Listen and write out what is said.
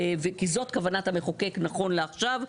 כי זאת כוונת המחוקק נכון לעכשיו,